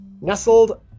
Nestled